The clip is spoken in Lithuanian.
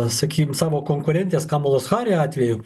sakykim savo konkurentės kamalos hari atveju